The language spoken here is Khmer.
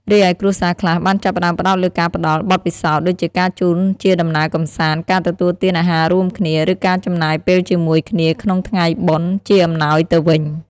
រីឯគ្រួសារខ្លះបានចាប់ផ្តើមផ្តោតលើការផ្តល់ បទពិសោធន៍ ដូចជាការជូនជាដំណើរកម្សាន្ត ការទទួលទានអាហាររួមគ្នា ឬការចំណាយពេលជាមួយគ្នាក្នុងថ្ងៃបុណ្យ ជាអំណោយទៅវិញ។